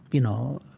you know,